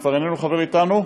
שכבר איננו חבר אתנו,